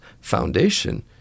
foundation